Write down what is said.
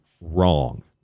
wrong